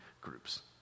groups